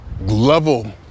level